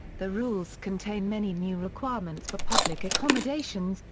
the rules contain many new requirements for public accommodations,